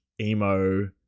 emo